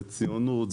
זה ציונות,